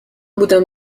بودم